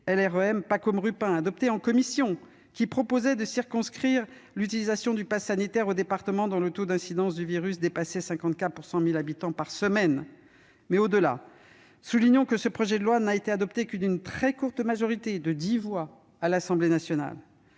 Marche Pacôme Rupin, adopté en commission, qui tend à circonscrire l'utilisation du passe sanitaire aux départements dont le taux d'incidence du virus dépasse les 50 cas pour 100 000 habitants par semaine. Mais au-delà, soulignons que ce projet de loi n'a été adopté que d'une très courte majorité- 10 voix -à l'Assemblée nationale.